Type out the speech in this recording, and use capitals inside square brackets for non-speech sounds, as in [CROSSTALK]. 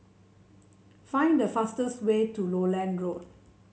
[NOISE] find the fastest way to Lowland Road